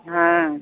हाँ